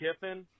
Kiffin